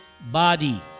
body